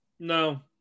No